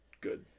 good